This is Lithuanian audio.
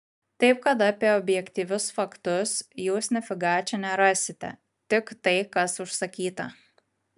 taip kad apie objektyvius faktus jūs nifiga čia nerasite tik tai kas užsakyta